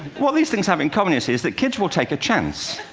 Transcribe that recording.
what these things have in common is is that kids will take a chance.